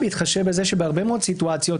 בהתחשב בזה שבהרבה מאוד סיטואציות,